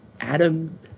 Adam